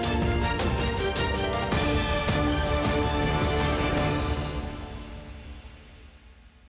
Дякую.